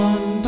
One